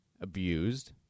abused